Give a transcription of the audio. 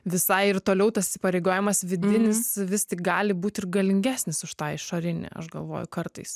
visai ir toliau tas įsipareigojimas vidinis vis tik gali būt ir galingesnis už tą išorinį aš galvoju kartais